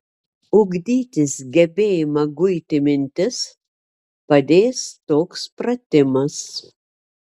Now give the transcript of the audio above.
ugdytis gebėjimą guiti mintis padės toks pratimas